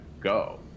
go